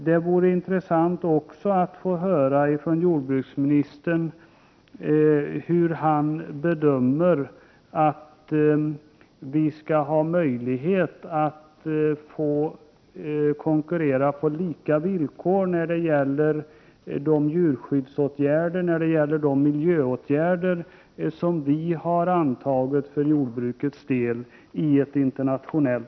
Det vore också intressant att från jordbruksministern få höra, hur han bedömer i ett internationellt perspektiv våra möjligheter att få konkurrera på lika villkor när det gäller de djurskyddsoch miljöåtgärder som vi har fattat beslut om för jordbrukets del.